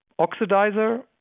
oxidizer